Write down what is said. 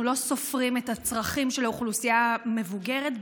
לא סופרים את הצרכים של האוכלוסייה המבוגרת,